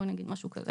משהו כזה